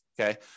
okay